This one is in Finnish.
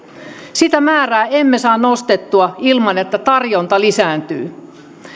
sitä määrää emme saa nostettua ilman että tarjonta lisääntyy